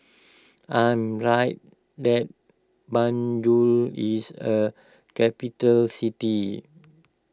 I am right that Banjul is a capital city